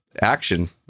action